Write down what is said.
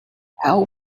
how